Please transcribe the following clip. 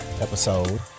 episode